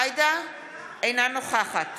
אינה נוכחת